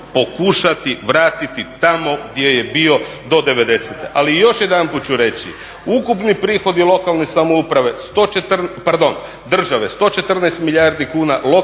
pokušati vratiti tamo gdje je bio do '90. Ali još jedanput ću reći ukupni prihodi lokalne samouprave, pardon države, 114 milijardi kuna,